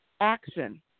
action